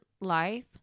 life